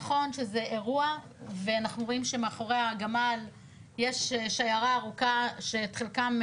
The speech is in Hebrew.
נכון שזה אירוע ואנחנו רואים שמאחורי הגמל יש שיירה ארוכה שעל חלקה,